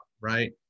right